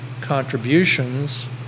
contributions